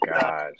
god